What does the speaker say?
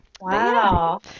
Wow